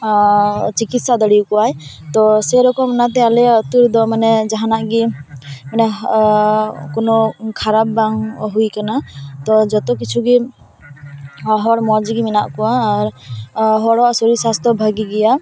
ᱪᱤᱠᱤᱥᱟ ᱫᱟᱲᱮᱭᱟᱠᱚᱭᱟᱭ ᱛᱳ ᱥᱮᱨᱚᱠᱚᱢ ᱚᱱᱟᱛᱮ ᱟᱞᱮᱭᱟᱜ ᱟᱛᱳ ᱨᱮᱫᱚ ᱢᱟᱱᱮ ᱡᱟᱦᱟᱱᱟᱜᱮ ᱢᱟᱱᱮ ᱠᱳᱱᱳ ᱠᱷᱟᱨᱟᱯ ᱵᱟᱝ ᱦᱩᱭ ᱟᱠᱟᱱᱟ ᱛᱳ ᱡᱚᱛᱚ ᱠᱩᱪᱷᱩ ᱜᱮ ᱦᱚᱲ ᱢᱚᱡᱽ ᱜᱮ ᱢᱮᱱᱟᱜ ᱠᱚᱣᱟ ᱟᱨ ᱦᱚᱲᱟᱜ ᱥᱚᱨᱤᱥ ᱥᱟᱥᱛᱷᱚ ᱵᱷᱟᱜᱮ ᱜᱮᱭᱟ